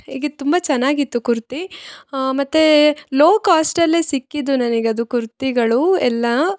ಹೀಗೆ ತುಂಬ ಚೆನ್ನಾಗಿತ್ತು ಕುರ್ತಿ ಮತ್ತು ಲೋ ಕಾಸ್ಟಲ್ಲೆ ಸಿಕ್ಕಿದ್ದು ನನಗದು ಕುರ್ತಿಗಳು ಎಲ್ಲ